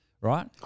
Right